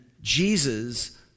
Jesus